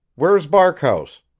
where's barkhouse?